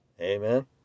amen